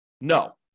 No